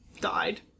died